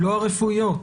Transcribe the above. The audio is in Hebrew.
לא הרפואיות,